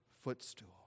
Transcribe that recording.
footstool